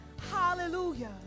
hallelujah